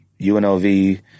UNLV